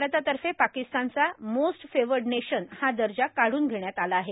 भारतातर्फे पाकिस्तानचा most favoured nation हा दर्जा काढून घेण्यात आला आहे